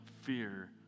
fear